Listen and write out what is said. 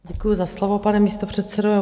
Děkuji za slovo, pane místopředsedo.